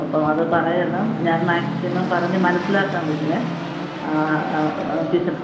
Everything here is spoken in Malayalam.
അപ്പോൾ അത് പറയണം ഞാൻ മാക്സിമം പറഞ്ഞ് മനസിലാക്കാം കുഞ്ഞിനെ ആ ആ ആ ടീച്ചറ്